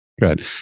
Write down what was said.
Good